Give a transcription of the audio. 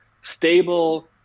stable